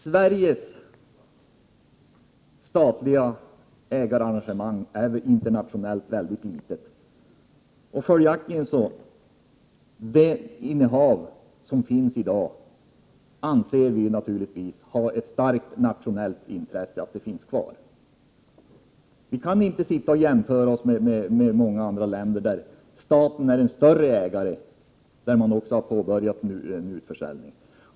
Sveriges statliga ägarengagemang är internationellt sett mycket litet, och vi anser därför att det föreligger ett stort nationellt intresse av att ha kvar det statliga företagsinnehavet. Sverige kan inte jämföras med vissa andra länder, där staten äger mera och har påbörjat en utförsäljning.